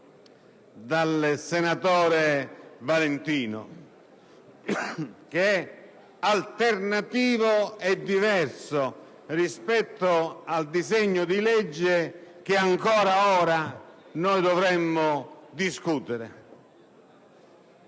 dal senatore Valentino, che è alternativo e diverso rispetto al disegno di legge che ancora ora dovremmo discutere.